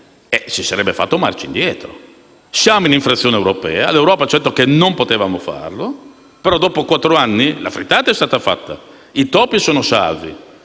si sarebbe fatta marcia indietro. Siamo in infrazione europea e l'Europa ci ha detto che non potevamo farlo. Però dopo quattro anni la frittata è stata fatta e i topi sono salvi.